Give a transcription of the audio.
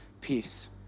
peace